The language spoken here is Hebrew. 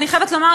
ואני חייבת לומר,